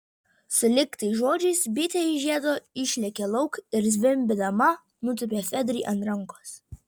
sulig tais žodžiais bitė iš žiedo išlėkė lauk ir zvimbdama nutūpė fedrai ant rankos